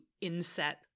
inset